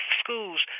schools